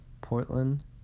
Portland